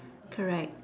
correct